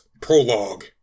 prologue